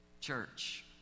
church